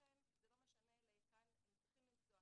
ולכן זה לא משנה להיכן הם צריכים לנסוע,